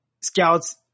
scouts